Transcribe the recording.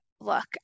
Look